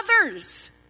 others